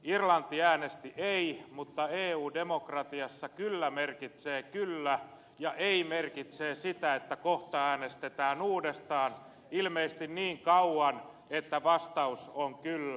irlanti äänesti ei mutta eu demokratiassa kyllä merkitsee kyllä ja ei merkitsee sitä että kohta äänestetään uudestaan ilmeisesti niin kauan että vastaus on kyllä